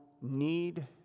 need